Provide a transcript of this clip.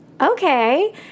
okay